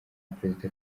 perezida